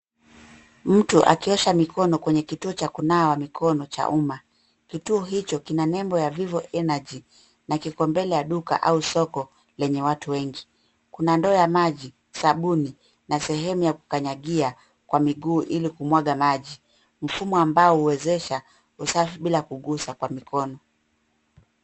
Mtu akiosha mikono kwenye kituo cha kunawa mikono cha umma. Kituo hicho kina nembo ya Vivo Energy na kiko mbele ya duka au soko lenye watu wengi. Kuna ndoo ya maji, sabuni na sehemu ya kukanyagia kwa miguu ili kumwaga maji. Mfumo ambao huwezesha usafi bila kugusa kwa mikono.